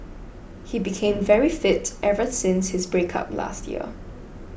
he became very fit ever since his breakup last year